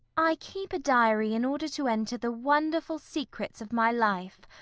i keep a diary in order to enter the wonderful secrets of my life.